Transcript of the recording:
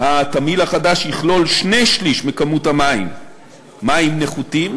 התמהיל החדש יכלול שני-שלישים מכמות המים מים נחותים